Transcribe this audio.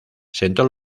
sentó